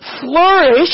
flourish